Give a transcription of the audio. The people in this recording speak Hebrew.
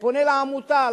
שפונה לעמותה,